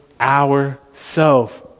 ourself